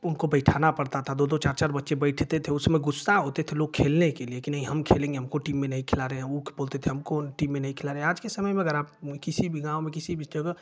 उनको बैठाना पड़ता था दो दो चार चार बच्चे बैठते थे उसमे गुस्सा होते थे लोग खेलने के लिए की नहीं हम खेलेंगे हमको टीम में नहीं खेला रहे हो वो बोलते थे हमको टीम में नहीं खेला रहे हैं आज के समय में अगर आप किसी भी गाँव में किसी भी जगह